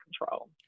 control